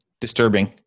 disturbing